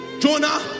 Jonah